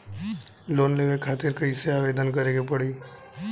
Loan लेवे खातिर कइसे आवेदन करें के पड़ी?